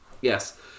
yes